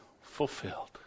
fulfilled